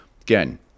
Again